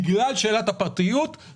בגלל שאלת הפרטיות,